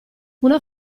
una